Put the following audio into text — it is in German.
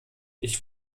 ich